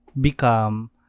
become